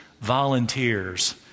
volunteers